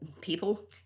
people